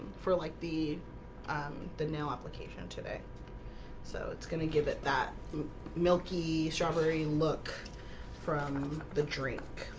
for like the um the nail application today so it's gonna give it that milky strawberry look from the drink